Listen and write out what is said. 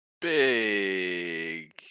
Big